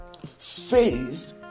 Faith